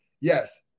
yes